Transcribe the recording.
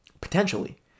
potentially